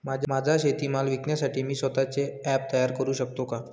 माझा शेतीमाल विकण्यासाठी मी स्वत:चे ॲप तयार करु शकतो का?